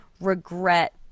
regret